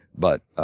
but